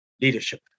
leadership